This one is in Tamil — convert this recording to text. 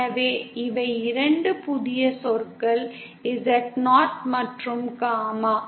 எனவே இவை 2 புதிய சொற்கள் Z0 மற்றும் காமா